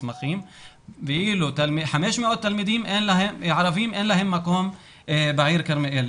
ל-500 תלמידים ערבים אין מקום בעיר כרמיאל.